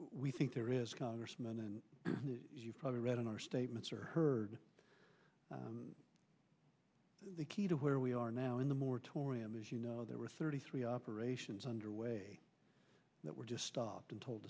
we think there is congressman and you've probably read in our statements or heard the key to where we are now in the moratorium is you know there were thirty three operations underway that were just stopped and told